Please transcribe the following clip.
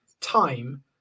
time